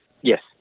Yes